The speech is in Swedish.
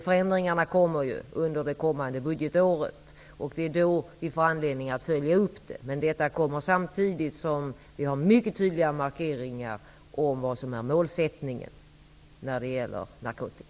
Förändringarna kommer under det kommande budgetåret. Det är då vi får anledning att följa upp dem. Men detta kommer samtidigt som vi har mycket tydliga markeringar om vad som är målsättningen när det gäller narkotika.